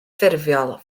ffurfiol